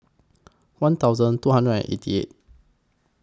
one thousand two hundred and eighty eight